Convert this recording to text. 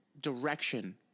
direction